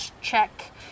check